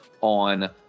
on